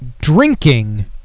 drinking